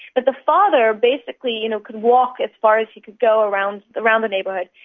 but the father basically you know could walk as far as he could go around around the neighbourhood,